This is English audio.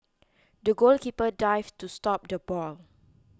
the goalkeeper dived to stop the ball